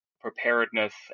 preparedness